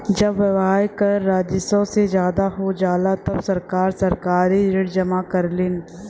जब व्यय कर राजस्व से ज्यादा हो जाला तब सरकार सरकारी ऋण जमा करलीन